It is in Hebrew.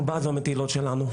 אנחנו בעד המטילות שלנו,